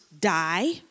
die